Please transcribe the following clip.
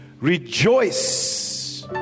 rejoice